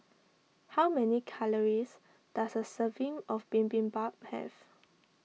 how many calories does a serving of Bibimbap have